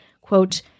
quote